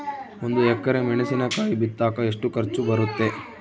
ಒಂದು ಎಕರೆ ಮೆಣಸಿನಕಾಯಿ ಬಿತ್ತಾಕ ಎಷ್ಟು ಖರ್ಚು ಬರುತ್ತೆ?